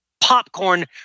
popcorn